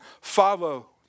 follow